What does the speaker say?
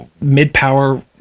mid-power